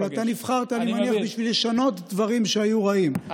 אבל אני מניח שאתה נבחרת בשביל לשנות דברים שהיו רעים,